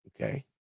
okay